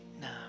now